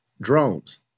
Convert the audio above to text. Drones